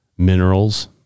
minerals